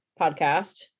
podcast